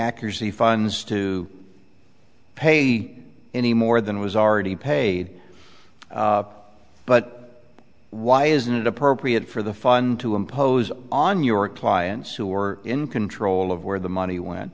the funds to pay any more than was already paid but why isn't it appropriate for the fun to impose on your clients who are in control of where the money went